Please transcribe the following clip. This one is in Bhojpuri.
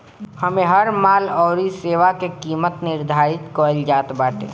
इमे हर माल अउरी सेवा के किमत के निर्धारित कईल जात बाटे